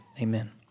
amen